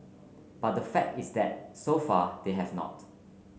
but the fact is that so far they have not